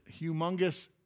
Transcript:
humongous